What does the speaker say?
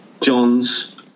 John's